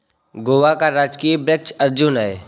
गोवा का राजकीय वृक्ष अर्जुन है